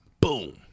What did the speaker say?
Boom